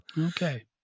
Okay